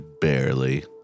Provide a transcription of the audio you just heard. barely